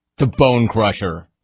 the bone crusher.